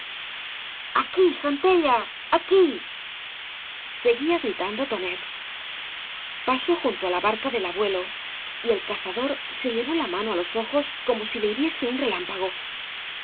aquí sentellüy aquí seguía gritante tonet pasó junto á la barca del abuelo y el cazador se llevó la mano á los ojos como si le hiriese un relámpago